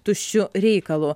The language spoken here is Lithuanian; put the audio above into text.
tuščiu reikalu